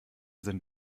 sind